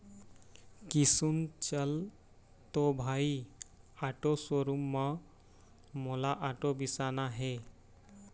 किसुन चल तो भाई आटो शोरूम म मोला आटो बिसाना हे